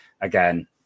again